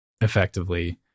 effectively